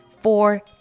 four